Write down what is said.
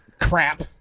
Crap